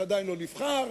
שעדיין לא נבחר.